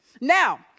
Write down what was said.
Now